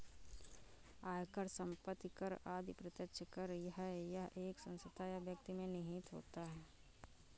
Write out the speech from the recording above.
आयकर, संपत्ति कर आदि प्रत्यक्ष कर है यह एक संस्था या व्यक्ति में निहित होता है